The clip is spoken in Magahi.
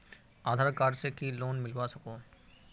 आधार कार्ड से की लोन मिलवा सकोहो?